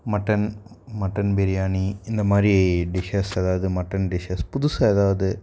mutton mutton biryani இந்தமாதிரி dishes ஏதாவது mutton dishes புதுசாக ஏதாவது